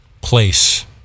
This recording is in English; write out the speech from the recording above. place